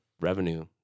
revenue